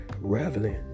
Reveling